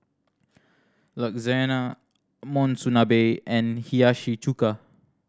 Lasagna Monsunabe and Hiyashi Chuka